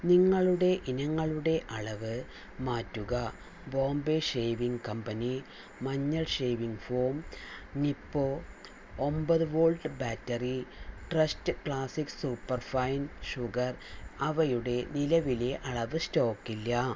നിങ്ങളുടെ ഇനങ്ങളുടെ അളവ് മാറ്റുക ബോംബെ ഷേവിംഗ് കമ്പനി മഞ്ഞൾ ഷേവിംഗ് ഫോം നിപ്പോ ഒമ്പത് volt battery Trust classic superfine sugar അവയുടെ നിലവിലെ അളവ് സ്റ്റോക്കില്ല